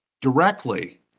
directly